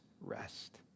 rest